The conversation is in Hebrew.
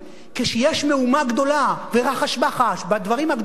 כשיש מהומה גדולה ורחש-בחש בדברים הגדולים,